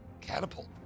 catapult